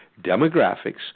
demographics